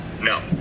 No